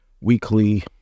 weekly